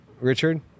Richard